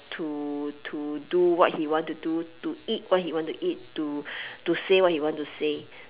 to to do what he want to do to eat what he want to eat to to say what he want to say